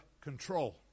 control